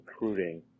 recruiting